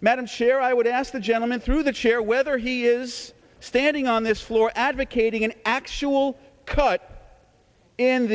madam chair i would ask the gentleman through the chair whether he is standing on this floor advocating an actual cut